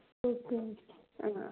okay ആ ആ